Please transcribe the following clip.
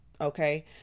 okay